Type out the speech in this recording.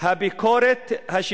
חבר הכנסת שיח'